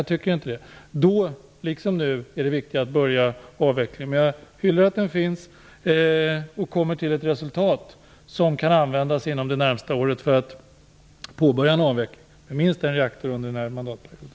Då var det, liksom det är nu, viktigt att påbörja avvecklingen. Jag hyllar ändå att den finns och att den kommer fram till ett resultat, som kan användas inom det närmaste året för att påbörja en avveckling med minst en reaktor under den här mandatperioden.